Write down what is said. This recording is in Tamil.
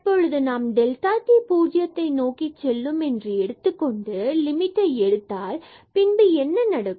தற்பொழுது நாம் டெல்டா t பூஜ்ஜியத்தை நோக்கி செல்லும் என்று எடுத்துக்கொண்டு லிமிட்டை எடுத்தால் பின்பு என்ன நடக்கும்